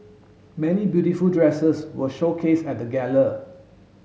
many beautiful dresses were showcase at the gala